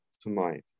tonight